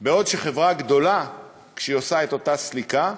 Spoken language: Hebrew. בעוד חברה גדולה, כשהיא עושה את אותה סליקה,